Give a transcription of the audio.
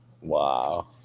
wow